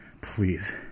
please